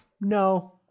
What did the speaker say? No